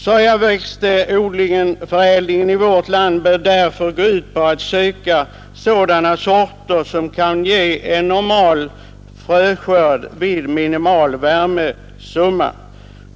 Sojaväxtförädlingen i vårt land bör därför gå ut på att söka sådana sorter som kan ge en normal fröskörd vid minimal värmesumma.